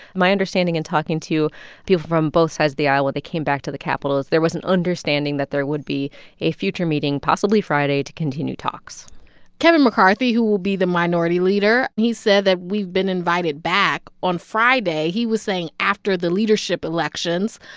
my understanding in talking to people from both sides of the aisle when they came back to the capitol is there was an understanding that there would be a future meeting possibly friday to continue talks kevin mccarthy who will be the minority leader he said that we've been invited back on friday. he was saying after the leadership elections.